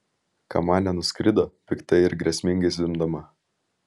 kamanė nuskrido piktai ir grėsmingai zvimbdama